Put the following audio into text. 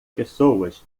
pessoas